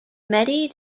mehdi